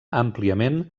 àmpliament